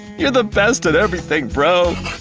you're the best at everything, bro.